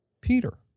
Peter